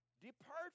Depart